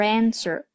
answer